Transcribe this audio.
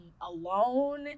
alone